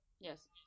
Yes